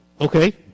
Okay